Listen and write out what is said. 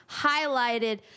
highlighted